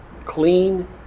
clean